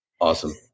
Awesome